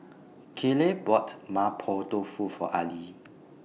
Kayleigh bought Mapo Tofu For Arlie